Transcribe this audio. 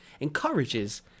encourages